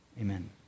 Amen